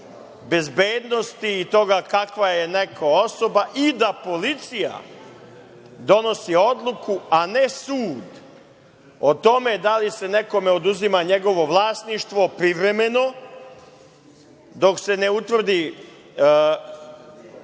bezbednosti i toga kakva je neko osoba i da policija donosi odluku, a ne sud, o tome da li se nekome oduzima njegovo vlasništvo privremeno, dok se ne utvrdi